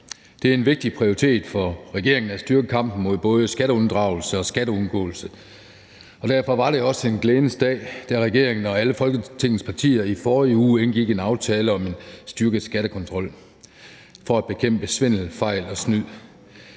Det er en vigtig prioritet for regeringen at styrke kampen mod både skatteunddragelse og skatteundgåelse, og derfor var det også en glædens dag, da regeringen og alle Folketingets partier i forrige uge indgik en aftale om en styrket skattekontrol for at bekæmpe svindel, fejl og snyd.